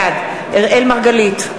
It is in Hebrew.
בעד אראל מרגלית,